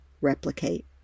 replicate